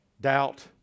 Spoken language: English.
doubt